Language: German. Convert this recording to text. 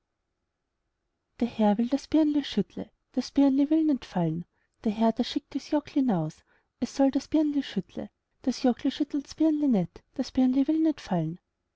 der herr will das birnli schüttle das birnli will nit fallen der herr der schickt das jockli hinaus es soll das birnli schüttle das jockli schüttelts birnli nit das birnli will nit fallen